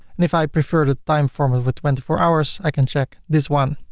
and if i prefer the time format of twenty four hours, i can check this one.